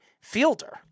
fielder